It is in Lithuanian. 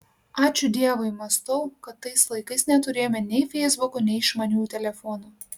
ačiū dievui mąstau kad tais laikais neturėjome nei feisbukų nei išmaniųjų telefonų